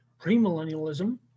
premillennialism